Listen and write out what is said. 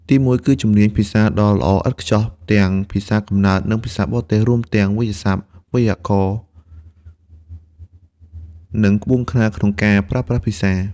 ទីមួយ គឺជំនាញភាសាដ៏ល្អឥតខ្ចោះទាំងភាសាកំណើត និងភាសាបរទេស រួមទាំងវាក្យសព្ទ វេយ្យាករណ៍ និងក្បួនខ្នាតក្នុងការប្រើប្រាស់ភាសា។